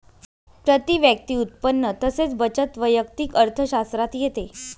प्रती व्यक्ती उत्पन्न तसेच बचत वैयक्तिक अर्थशास्त्रात येते